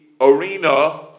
arena